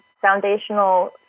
foundational